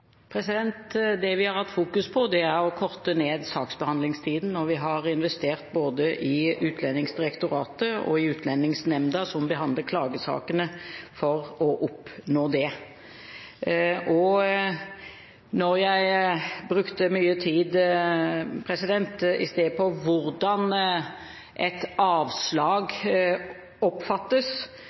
Det vi har fokusert på, er å korte ned saksbehandlingstiden, og vi har investert både i Utlendingsdirektoratet og i Utlendingsnemnda, som behandler klagesakene, for å oppnå det. Da jeg i sted brukte mye tid på hvordan et avslag oppfattes,